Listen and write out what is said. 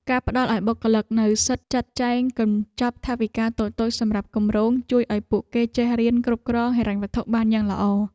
ការផ្តល់ឱ្យបុគ្គលិកនូវសិទ្ធិចាត់ចែងកញ្ចប់ថវិកាតូចៗសម្រាប់គម្រោង ជួយឱ្យពួកគេចេះរៀនគ្រប់គ្រងហិរញ្ញវត្ថុបានយ៉ាងល្អ។